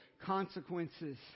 consequences